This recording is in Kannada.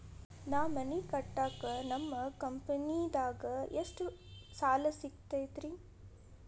ನಾ ಮನಿ ಕಟ್ಟಾಕ ನಿಮ್ಮ ಕಂಪನಿದಾಗ ಎಷ್ಟ ಸಾಲ ಸಿಗತೈತ್ರಿ?